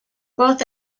both